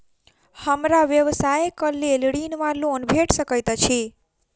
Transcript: हमरा व्यवसाय कऽ लेल ऋण वा लोन भेट सकैत अछि?